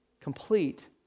complete